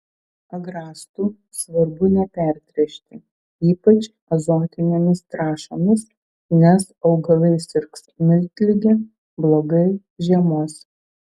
agrastų svarbu nepertręšti ypač azotinėmis trąšomis nes augalai sirgs miltlige blogai žiemos